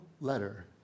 letter